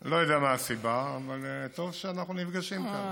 אני לא יודע מה הסיבה, אבל טוב שאנחנו נפגשים כאן.